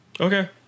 Okay